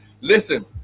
Listen